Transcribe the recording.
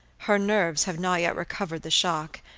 her nerves have not yet recovered the shock,